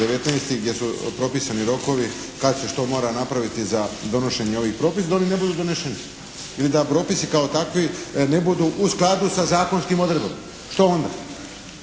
19. gdje su propisani rokovi kad se što mora napraviti za donošenje ovih propisa, da oni ne budu donešeni. Ili da propisi kao takvi ne budu u skladu sa zakonskim odredbama. Što onda?